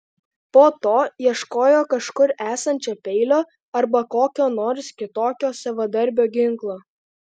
po to ieškojo kažkur esančio peilio arba kokio nors kitokio savadarbio ginklo